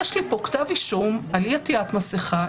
יש לי פה כתב אישום על אי-עטיית מסכה.